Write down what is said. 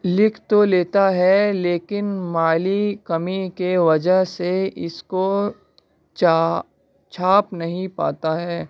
لکھ تو لیتا ہے لیکن مالی کمی کے وجہ سے اس کو چاہ چھاپ نہیں پاتا ہے